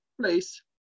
place